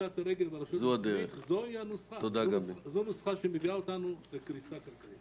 זו נוסחה שמביאה אותנו לקריסה כלכלית.